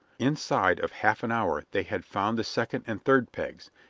inside of half an hour they had found the second and third pegs,